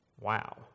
Wow